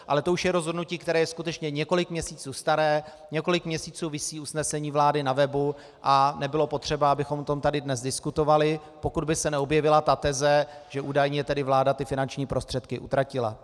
Ale to už je rozhodnutí, které je skutečně několik měsíců staré, několik měsíců visí usnesení vlády na webu a nebylo potřeba, abychom o tom tady dnes diskutovali, pokud by se neobjevila ta teze, že údajně tady vláda ty finanční prostředky utratila.